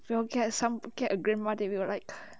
you will get some get a grandma that we were like